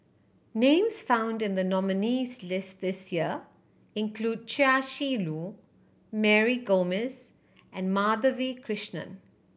names found in the nominees' list this year include Chia Shi Lu Mary Gomes and Madhavi Krishnan